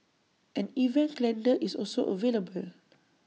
an event calendar is also available